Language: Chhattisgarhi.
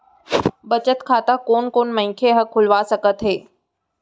बचत खाता कोन कोन मनखे ह खोलवा सकत हवे?